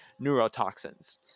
neurotoxins